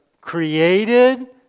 created